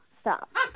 stop